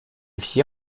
все